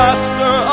Master